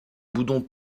boudons